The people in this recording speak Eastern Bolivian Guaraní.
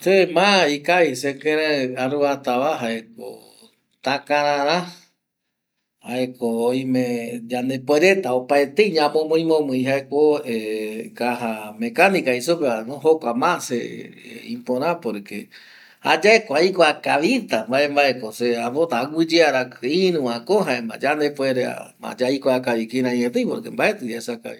﻿Se ma ikavi ma sekirei aruatava jaeko täkarara jaeko oime yande puereta opaetei ñamomii momii jaeko kaja mecanika jei supevano jokua maa se ipöra, porque jayaeko aikuakavita, mbambaeko se äpota aguiyeara irüvako jaema yandepuereama yaikua kavi kiraietei porque mbaeti yaesa kavi